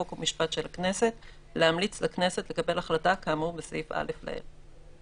חוק ומשפט של הכנסת להמליץ לכנסת לקבל החלטה כאמור בסעיף א' לעיל.